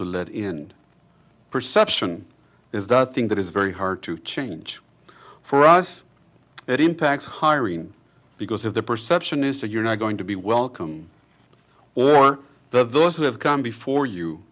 to lead in perception is that thing that is very hard to change for us that impacts hiring because of the perception is that you're not going to be welcome or those who have come before you